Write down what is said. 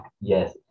yes